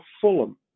Fulham